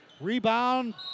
Rebound